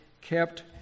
kept